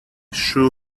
shoe